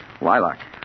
Lilac